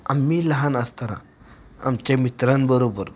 आम्ही लहान असताना आमच्या मित्रांबरोबर